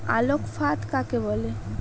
আলোক ফাঁদ কাকে বলে?